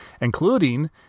including